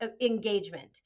engagement